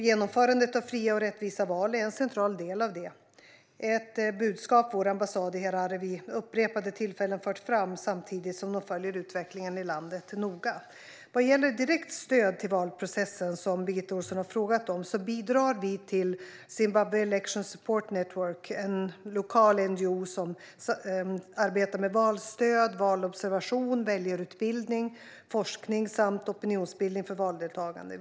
Genomförandet av fria och rättvisa val är en central del av det, ett budskap som vår ambassad i Harare vid upprepade tillfällen fört fram samtidigt som de följer utvecklingen i landet noga. Vad gäller direkt stöd till valprocessen, som Birgitta Ohlsson har frågat om, bidrar vi till Zimbabwe Election Support Network, en lokal NGO som arbetar med valstöd, valobservation, väljarutbildning, forskning samt opinionsbildning för valdeltagande.